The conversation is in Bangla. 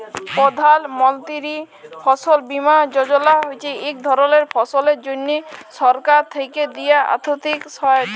প্রধাল মলতিরি ফসল বীমা যজলা হছে ইক ধরলের ফসলের জ্যনহে সরকার থ্যাকে দিয়া আথ্থিক সহায়তা